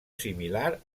similar